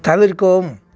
தவிர்க்கவும்